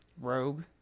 Rogue